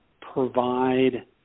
provide